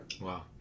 Wow